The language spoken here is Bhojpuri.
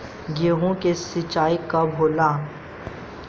गेहूं के सिंचाई कब होला?